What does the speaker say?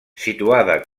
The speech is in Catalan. situada